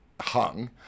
hung